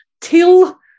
till